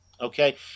Okay